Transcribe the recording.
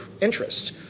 interest